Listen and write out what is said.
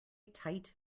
tight